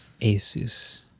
ASUS